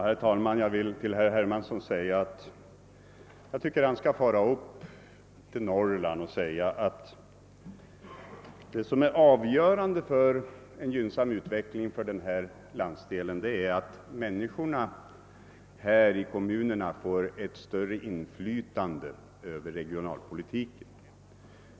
Herr talman! Jag tycker att herr Hermansson skall fara upp till Norrland och säga: Det som är avgörande för en gynnsam utveckling för denna landsdel är att kommunalmännen får ett större inflytande över planeringen inom regionen.